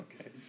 okay